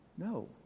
No